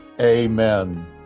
Amen